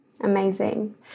Amazing